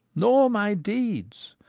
nor my deeds,